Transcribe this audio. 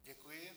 Děkuji.